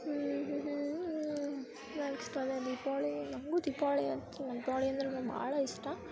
ಹ್ಞೂ ಹ್ಞೂ ನೆಕ್ಸ್ಟ್ ಅದೇ ದೀಪಾವಳಿ ನಮಗೂ ದೀಪಾವಳಿ ಅಂತೂ ದೀಪಾವಳಿ ಅಂದ್ರೆನು ಭಾಳ ಇಷ್ಟ